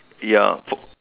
ya for